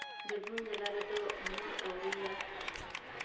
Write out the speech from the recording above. ᱵᱤᱨᱵᱷᱩᱢ ᱡᱮᱞᱟ ᱨᱮᱫᱚ ᱩᱢᱮᱨ ᱟᱹᱣᱨᱤᱭᱟᱜ